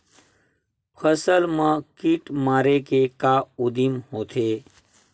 फसल मा कीट मारे के का उदिम होथे?